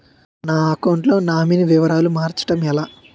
నా అకౌంట్ లో నామినీ వివరాలు మార్చటం ఎలా?